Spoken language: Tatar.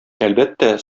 әлбәттә